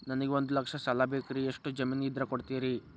ನನಗೆ ಒಂದು ಲಕ್ಷ ಸಾಲ ಬೇಕ್ರಿ ಎಷ್ಟು ಜಮೇನ್ ಇದ್ರ ಕೊಡ್ತೇರಿ?